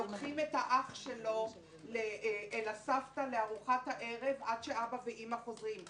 שלוקחים את אח שלהם לסבתא לארוחת ערב עד שאבא ואימא חוזרים,